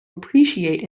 appreciate